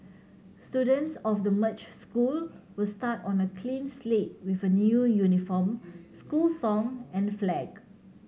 students of the merged school will start on a clean slate with a new uniform school song and flag